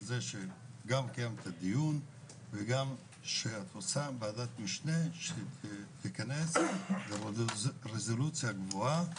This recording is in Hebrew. על קיום הדיון וגם על הקמת ועדת המשנה שתיכנס לנושא ברזולוציה גבוהה.